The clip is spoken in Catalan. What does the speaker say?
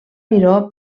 miró